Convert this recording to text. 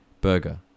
burger